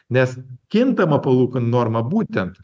nes kintama palūkanų norma būtent